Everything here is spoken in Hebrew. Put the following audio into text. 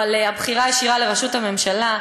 היא על הבחירה הישירה לראשות הממשלה,